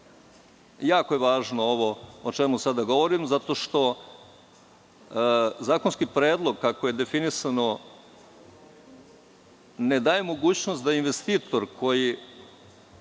Jako je važno ovo o čemu sada govorim, zato što zakonski predlog, kako je definisano, ne daje mogućnost da investitor koji